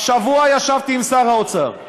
השבוע ישבתי עם שר האוצר,